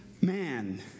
man